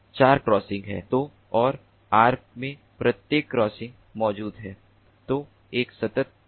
तो यदि R में क्रॉसिंग मौजूद है और R में प्रत्येक क्रॉसिंग मौजूद है तो एक सतत क्षेत्र R कवर किया जाता है